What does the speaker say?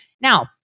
Now